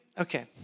Okay